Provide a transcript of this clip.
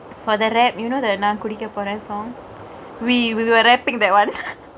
for the rap you know the நா குடிக்க போரென்:naa kudikke poren songk we we were rappingk that one